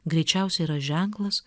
greičiausiai yra ženklas